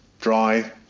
Dry